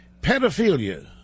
Pedophilia